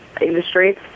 industry